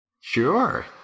sure